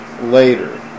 later